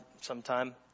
sometime